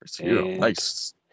Nice